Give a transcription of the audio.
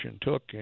took